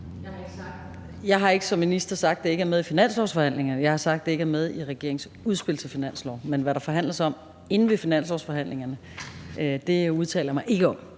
Jeg har som minister ikke sagt, at det ikke er med i finanslovsforhandlingerne. Jeg har sagt, at det ikke er med i regeringens udspil til finanslov. Men hvad der forhandles om inde ved finanslovsforhandlingerne, udtaler jeg mig ikke om.